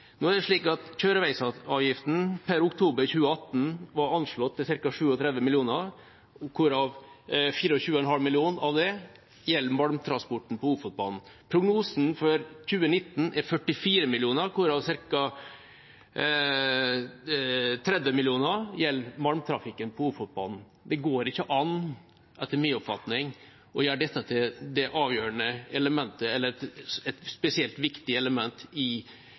Nå er det slik at kjøreveisavgiften per oktober 2018 var anslått til ca. 37 mill. kr, hvorav 24,5 mill. kr gjaldt malmtransporten på Ofotbanen. Prognosen for 2019 er 44 mill. kr, hvorav ca. 30 mill. kr gjelder malmtrafikken på Ofotbanen. Det går ikke an, etter min oppfatning, å gjøre dette til det avgjørende elementet – eller et spesielt viktig element